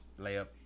layup